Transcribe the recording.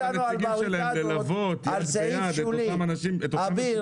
הנציגים שלהם ללוות יד ביד את אותם --- אביר,